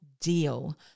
deal